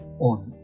on